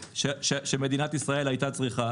שמדינת ישראל הייתה צריכה.